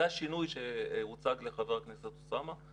זה השינוי שהוצג לחבר הכנסת אוסאמה,